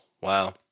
Wow